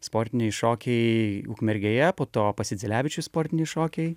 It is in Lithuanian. sportiniai šokiai ukmergėje po to pas idzelevičių sportiniai šokiai